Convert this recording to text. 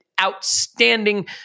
outstanding